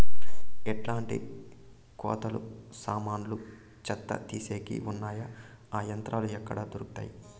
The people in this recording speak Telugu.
ఎట్లాంటి కోతలు సామాన్లు చెత్త తీసేకి వున్నాయి? ఆ యంత్రాలు ఎక్కడ దొరుకుతాయి?